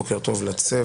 בוקר טוב לצוות,